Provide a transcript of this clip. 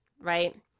right